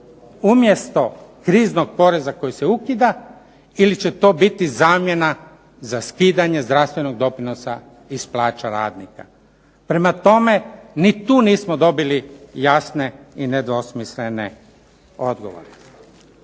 umjesto kriznog poreza koji se ukida ili će to biti zamjena za skidanje zdravstvenog doprinosa iz plaće radnika. Prema tome, ni tu nismo dobili jasne i nedvosmislene odgovore.